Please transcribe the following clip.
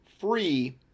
free